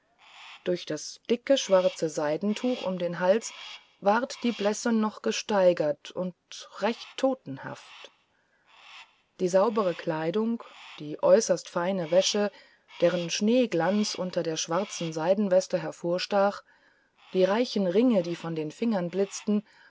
durch das dicke schwarze seidentuch um den hals ward die blässe noch gesteigert und recht totenhaft die saubere kleidung die äußerst feine wäsche deren schneeglanz unter der schwarzen seidenweste hervorstach die reichen ringe die von den fingern blitzten